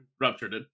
ruptured